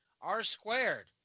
R-squared